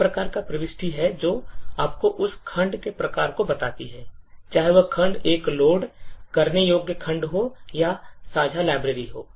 एक प्रकार की प्रविष्टि है जो आपको उस खंड के प्रकार को बताती है चाहे वह खंड एक लोड करने योग्य खंड हो या साझा library हो